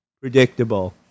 predictable